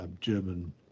German